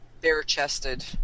Bare-chested